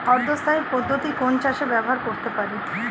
অর্ধ স্থায়ী পদ্ধতি কোন চাষে ব্যবহার করতে পারি?